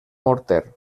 morter